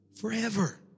forever